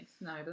No